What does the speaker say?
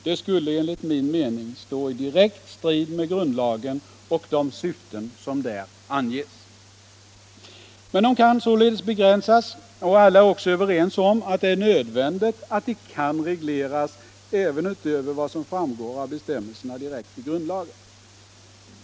Detta skulle enligt min mening stå i direkt strid med grundlagen och de syften som där anges. Dessa frioch rättigheter kan således begränsas, och alla är också överens om att det är nödvändigt att de kan regleras utöver vad som framgår av bestämmelserna i själva grundlagen.